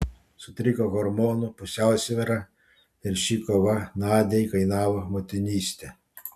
sutriko hormonų pusiausvyra ir ši kova nadiai kainavo motinystę